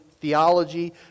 theology